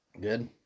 Good